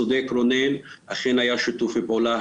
צודק רונן אכן היה שיתוף פעולה,